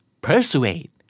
Persuade